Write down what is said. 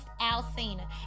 Alcena